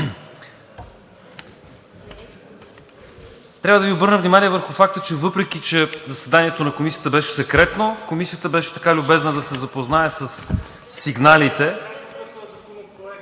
Трябва да Ви обърна внимание върху факта – въпреки че заседанието на Комисията беше секретно, Комисията беше така любезна да се запознае със сигналите…